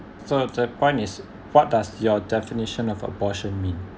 so the point is what does your definition of abortion mean